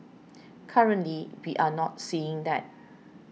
currently we are not seeing that